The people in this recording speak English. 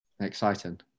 Exciting